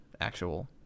actual